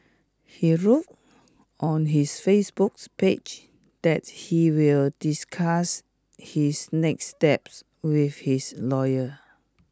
he wrote on his Facebook's page that he will discuss his next steps with his lawyer